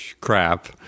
crap